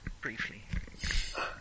briefly